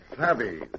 savvy